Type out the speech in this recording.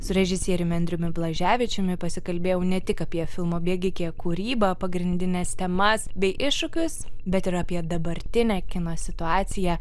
su režisieriumi andriumi blaževičiumi pasikalbėjau ne tik apie filmo bėgį kiek kūrybą pagrindines temas bei iššūkius bet ir apie dabartinę kino situaciją